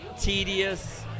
Tedious